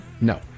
no